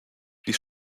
die